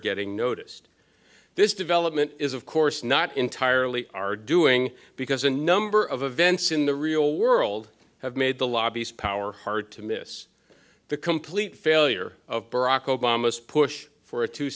getting noticed this development is of course not entirely are doing because a number of events in the real world have made the lobby's power hard to miss the complete failure of barack obama's push for a two